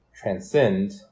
transcend